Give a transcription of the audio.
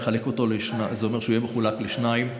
זה אומר שהוא יהיה מחולק לשניים,